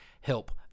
help